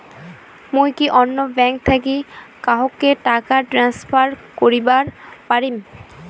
মুই কি অন্য ব্যাঙ্ক থাকি কাহকো টাকা ট্রান্সফার করিবার পারিম?